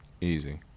Easy